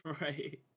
Right